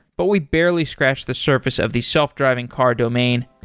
but we barely scratched the surface of the self driving car domain,